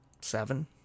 seven